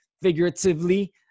figuratively